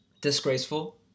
Disgraceful